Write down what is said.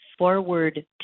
forward